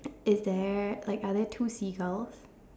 is there like are there two seagulls